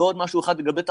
ועוד משפט אחד לגבי תחבורה,